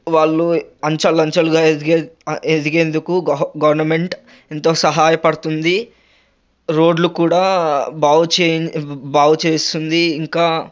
వాళ్ళు అంచెలంచెలుగా ఎదిగేం ఎదిగేందుకు గవర్నమెంట్ ఎంతో సహాయపడుతుంది రోడ్లు కూడా బాగుచే బాగు చేస్తుంది ఇంకా